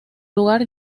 lugar